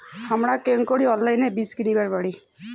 হামরা কেঙকরি অনলাইনে বীজ কিনিবার পারি?